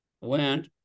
went